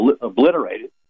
obliterated